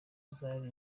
zari